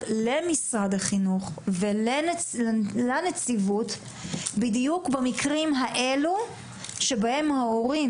למשרד החינוך ולנציבות בדיוק במקרים שבהם ההורים,